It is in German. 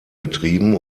betrieben